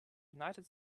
united